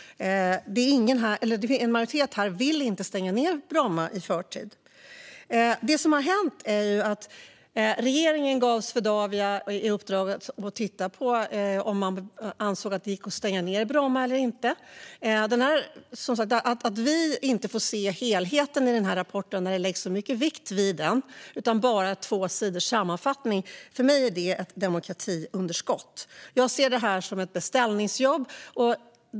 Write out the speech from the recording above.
En majoritet vill inte stänga ned Bromma i förtid. Vad som har hänt är att regeringen har gett Swedavia i uppdrag att titta på om det skulle gå att stänga Bromma eller inte. Att vi inte får se hela rapporten utan bara en sammanfattning på två sidor när det läggs så mycket vikt vid den innebär för mig ett demokratiunderskott. Jag ser detta som ett beställningsjobb.